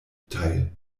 teil